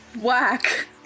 Whack